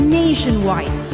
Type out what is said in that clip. nationwide